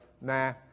Nah